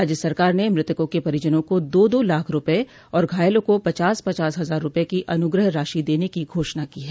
राज्य सरकार ने मृतकों के परिजनों को दो दो लाख रूपए और घायलों को पचास पचास हजार रूपए की अनुग्रह राशि देने की घोषणा की है